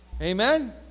Amen